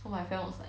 so my friend was like